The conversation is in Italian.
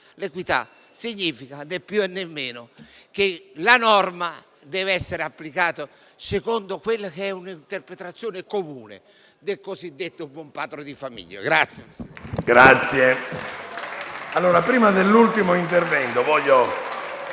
né più né meno, che la norma deve essere applicata secondo quella che è l'interpretazione comune del cosiddetto buon padre di famiglia.